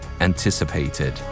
anticipated